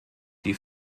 die